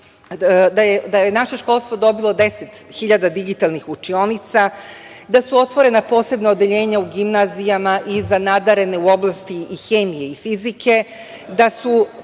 da naše školstvo dobije 10.000 digitalnih učionica, da su otvorena posebna odeljenja u gimnazijama i za nadarene u oblasti hemije i fizike, da su